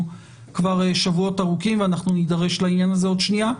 כבר שבועות ארוכים ואנחנו נידרש לעניין הזה עוד שנייה.